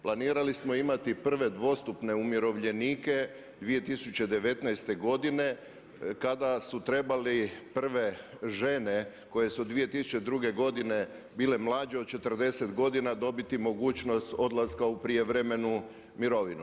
Planirali smo imati prve dvostupne umirovljenike 2019. godine kada su trebali prve žene koje su 2002. godine bile mlađe od 40 godina dobiti mogućnost odlaska u prijevremenu mirovinu.